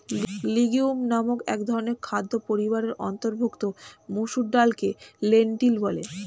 legume নামক একধরনের খাদ্য পরিবারের অন্তর্ভুক্ত মসুর ডালকে লেন্টিল বলে